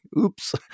oops